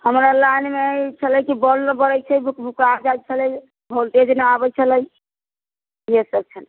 हमरा लाइन मे ई छलै की बॉल नहि बरै छै भुकभुका जाइ छलै भोल्टेज न आबै छलै से सब छलै